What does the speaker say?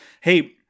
hey